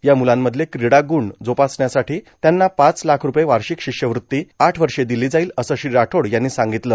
या मुलांमधले कीडा गुण जोपासण्यासाठी त्यांना पाच लाख रूपये वार्षिक शिष्यवृत्ती आठ वर्षे दिली जाईल असं श्री राठोड यांनी सांगितलं